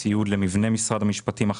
ציוד למבנה משרד המשפטים החדש,